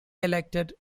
elected